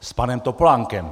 S panem Topolánkem.